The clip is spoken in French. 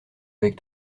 avec